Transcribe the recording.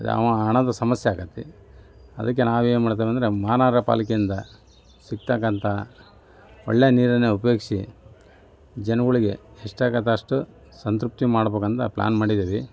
ಹಣದ ಸಮಸ್ಯೆ ಆಗೈತಿ ಅದಕ್ಕೆ ನಾವು ಏನು ಮಾಡ್ತೇವೆಂದ್ರೆ ಮಹಾನಗರ ಪಾಲಿಕೆಯಿಂದ ಸಿಕ್ತಕ್ಕಂಥ ಒಳ್ಳೆಯ ನೀರನ್ನೇ ಉಪಯೋಗಿಸಿ ಜನಗಳಿಗೆ ಎಷ್ಟಾಗತ್ತೊ ಅಷ್ಟು ಸಂತೃಪ್ತಿ ಮಾಡಬೇಕಂತ ಪ್ಲಾನ್ ಮಾಡಿದ್ದೀವಿ